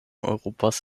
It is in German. europas